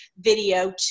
video